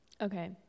Okay